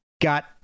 got